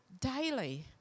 daily